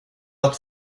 att